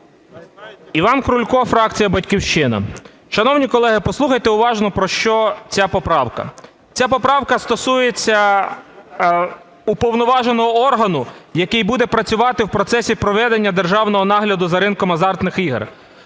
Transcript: Іван Крулько, фракція "Батьківщина". Шановні колеги, послухайте уважно про що ця поправка. Ця поправка стосується уповноваженого органу, який буде працювати в процесі проведення державного нагляду за ринком азартних ігор.